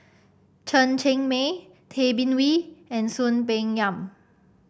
Chen Cheng Mei Tay Bin Wee and Soon Peng Yam